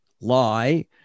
lie